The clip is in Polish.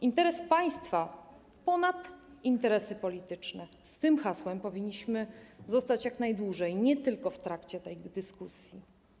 Interes państwa ponad interesy polityczne - z tym hasłem powinniśmy zostać jak najdłużej, nie tylko w trakcie tej dyskusji.